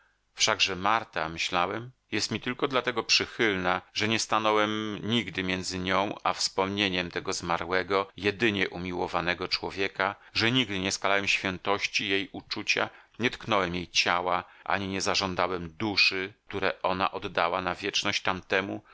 wszakże marta myślałem jest mi tylko dlatego przychylna że nie stanąłem nigdy między nią a wspomnieniem tego zmarłego jedynie umiłowanego człowieka że nigdy nie skalałem świętości jej uczucia nie tknąłem jej ciała ani nie zażądałem duszy które ona oddała na wieczność tamtemu